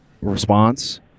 response